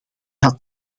had